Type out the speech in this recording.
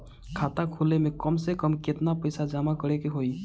खाता खोले में कम से कम केतना पइसा जमा करे के होई?